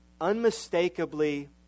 unmistakably